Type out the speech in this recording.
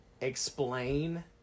explain